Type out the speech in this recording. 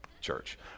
church